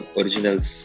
originals